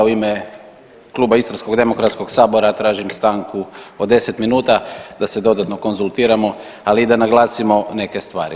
U ime Kluba Istarskog demokratskog sabora tražim stanku od 10 minuta da se dodatno konzultiramo, ali i da naglasimo neke stvari.